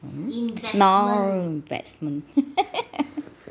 oh investment